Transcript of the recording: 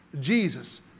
Jesus